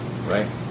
Right